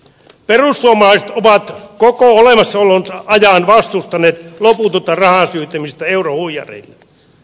perussuomalaiset ovat koko olemassaolonsa ajan vastustaneet loputonta rahan syytämistä eurohuijareille